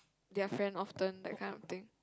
their friend often that kind of thing